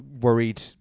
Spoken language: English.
worried